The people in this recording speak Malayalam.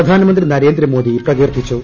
പ്രധാനമന്ത്രി നരേന്ദ്രമോദി പ്രകീർത്തിച്ചു